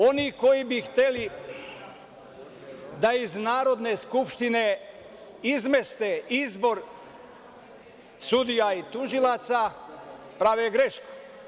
Oni koji bi hteli da iz Narodne skupštine izmeste izbor sudija i tužilaca prave grešku.